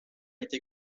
été